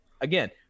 Again